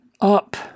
up